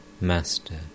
Master